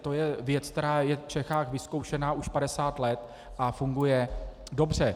To je věc, která je v Čechách vyzkoušená už 50 let a funguje dobře.